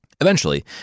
Eventually